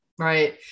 right